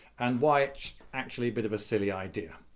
and why it's actually a bit of a silly idea.